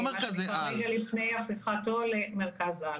הפיכתו למרכז על.